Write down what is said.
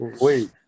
Wait